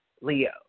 Leo